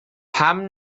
pam